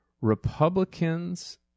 Republicans